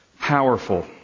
powerful